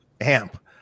amp